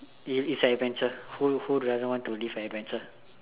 it's it's an adventure who who doesn't want to live an adventure